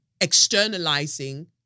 externalizing